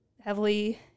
heavily